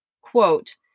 quote